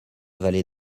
valait